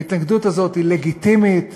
ההתנגדות הזאת לגיטימית,